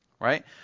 Right